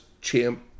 champ